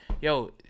Yo